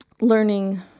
learning